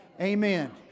Amen